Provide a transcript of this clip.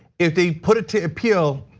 if they put it to appeal,